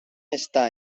está